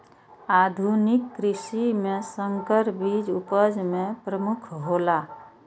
आधुनिक कृषि में संकर बीज उपज में प्रमुख हौला